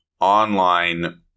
online